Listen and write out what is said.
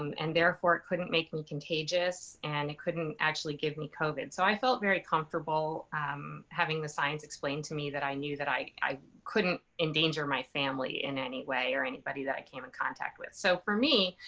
um and therefore, it couldn't make me contagious. and it couldn't actually give me covid. so i felt very comfortable, um, having the science explained to me that i knew that i i couldn't endanger my family in any way or anybody that i came in contact with. so for me,